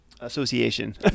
Association